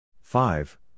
five